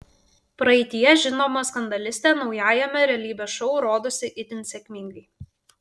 praeityje žinoma skandalistė naujajame realybės šou rodosi itin sėkmingai